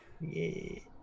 Yay